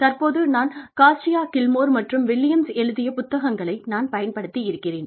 தற்போது நான் Casio Gilmore மற்றும் வில்லியம்ஸ் எழுதிய புத்தகங்களை நான் பயன்படுத்தியிருக்கிறேன்